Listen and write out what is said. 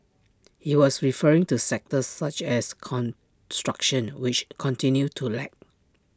he was referring to sectors such as construction which continued to lag